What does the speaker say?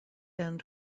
end